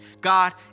God